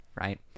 right